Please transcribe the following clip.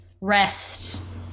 rest